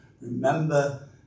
remember